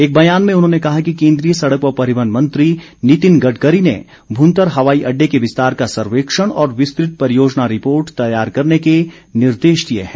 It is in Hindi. एक बयान में उन्होंने कहा कि केंद्रीय सड़क व परिवहन मंत्री नितिन गडकरी ने भूंतर हवाई अड्डे के विस्तार का सर्वेक्षण और विस्तृत परियोजना रिपोर्ट तैयार करने के निर्देश दिए है